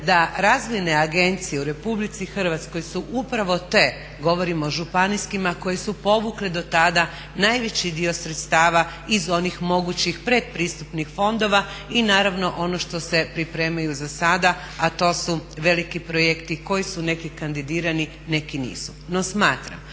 da razvojne agencije u Republici Hrvatskoj su upravo te, govorim o županijskima koje su povukle do tada najveći dio sredstava iz onih mogućih predpristupnih fondova i naravno ono što se pripremaju za sada, a to su veliki projekti koji su neki kandidirani, neki nisu. No, smatram